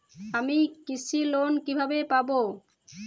আমি কৃষি লোন কিভাবে পাবো?